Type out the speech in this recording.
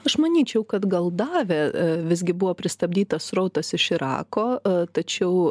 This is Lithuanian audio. aš manyčiau kad gal davė visgi buvo pristabdytas srautas iš irako tačiau